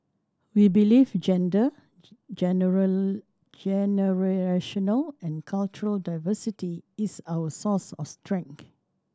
we believe gender generational and cultural diversity is our source of strength